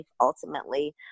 ultimately